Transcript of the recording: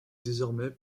désormais